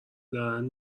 دارن